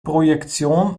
projektion